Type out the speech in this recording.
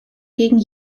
gegen